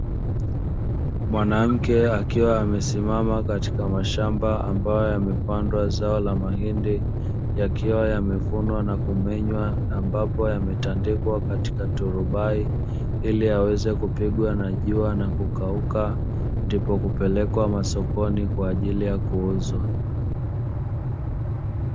Mwanamke akiwa amesimama katika mashamba ambayo yamepandwa zao la mahindi, yakiwa yamevunwa na kumenywa, ambapo yametandikwa katika turubai, ili yaweze kupigwa na jua na kukauka, ndipo kupelekwa sokoni kwa ajili ya kuuzwa.